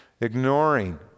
ignoring